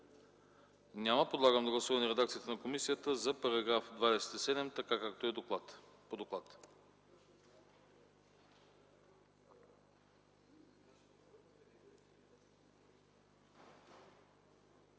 Няма. Подлагам на гласуване редакцията на комисията за § 27, така както е по доклада.